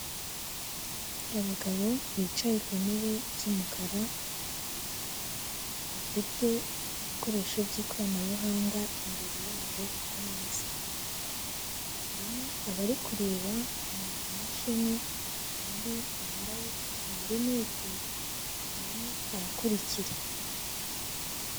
Abagabo bicaye ku ntebe z'umukara bafite ibikoresho by'ikoranabuhanga imbere yabo ku meza harimo abari kureba mu imashini undi wambaye amarinete arimo arakurikira.